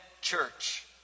church